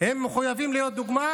הם מחויבים להיות דוגמה